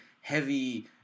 heavy